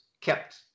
kept